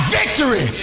victory